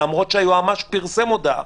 למרות שהיועץ המשפטי לממשלה פרסם הודעה.